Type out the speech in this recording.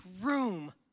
room